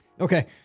Okay